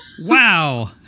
Wow